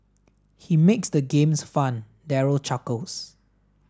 he makes the games fun Daryl chuckles